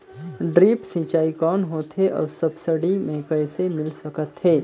Drip सिंचाई कौन होथे अउ सब्सिडी मे कइसे मिल सकत हे?